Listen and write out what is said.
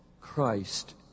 Christ